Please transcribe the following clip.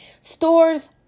Stores